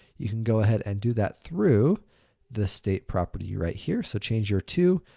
you can go ahead and do that through the state property right here. so change your to,